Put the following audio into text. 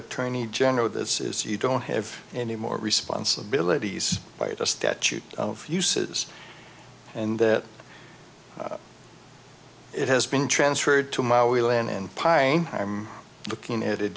attorney general that says you don't have any more responsibilities by the statute of uses and that it has been transferred to my wee land and pine i'm looking at